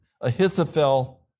Ahithophel